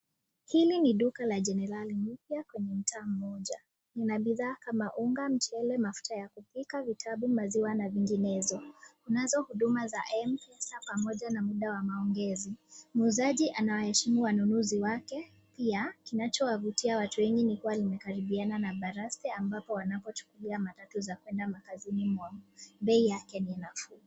Hili ni duka la generali mpya kwenye mtaa mmoja. Lina bidhaa kama unga, mchele, mafuta ya kupika vitabu ,maziwa na nyinginezo. Kunazo huduma za Mpesa pamoja na mda wa maongezi. Muuzaji anawaheshimu wanunuzi wake .Pia kinachowavutia watu wengi ni kuwa kimekaribiana na baraste ambapo wanajichukulia matatu za kwenda makazini mwao. Pia bro yake ni nafuu.